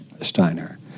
Steiner